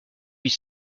huit